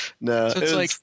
No